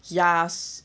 ya